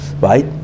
right